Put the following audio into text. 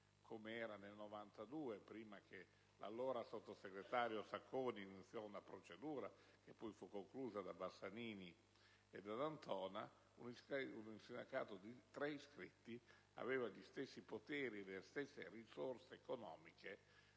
come era nel 1992 prima che l'allora sottosegretario Sacconi iniziasse una procedura che poi fu conclusa da Bassanini e D'Antona, abbia gli stessi poteri e le stesse risorse economiche